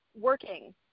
working